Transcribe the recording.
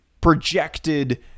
projected